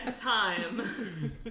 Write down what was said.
time